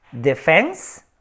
Defense